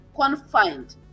confined